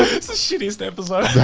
is the shittiest episode.